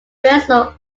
breslau